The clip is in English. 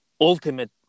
ultimate